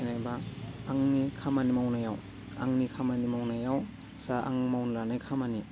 जेनेबा आंनि खामानि मावनायाव आंनि खामानि मावनायाव जा आं मावनो लानाय खामानि